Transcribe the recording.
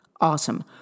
Awesome